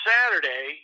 Saturday